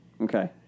okay